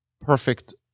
perfect